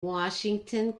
washington